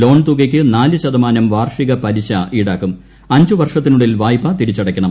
loan തുകയ്ക്ക് നാല് ശതമാനം വാർഷിക പലിശ ഈടാക്കും അഞ്ച് വർഷത്തിനുള്ളിൽ വായ്പ തിരിച്ചടയ്ക്കണം